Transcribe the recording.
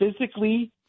physically